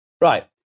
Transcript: Right